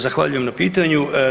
Zahvaljujem na pitanju.